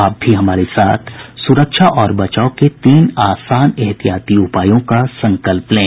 आप भी हमारे साथ सुरक्षा और बचाव के तीन आसान एहतियाती उपायों का संकल्प लें